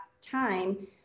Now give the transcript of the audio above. time